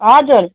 हजुर